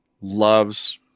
loves